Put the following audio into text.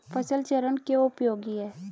फसल चरण क्यों उपयोगी है?